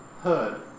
heard